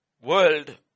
world